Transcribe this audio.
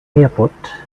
airport